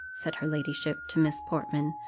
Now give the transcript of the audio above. said her ladyship to miss portman,